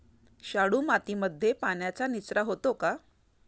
शाडू मातीमध्ये पाण्याचा निचरा होतो का?